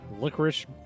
licorice